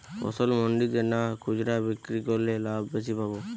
ফসল মন্ডিতে না খুচরা বিক্রি করলে লাভ বেশি পাব?